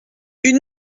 une